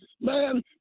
Man